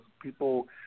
people